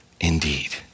indeed